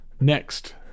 next